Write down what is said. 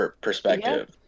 perspective